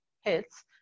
hits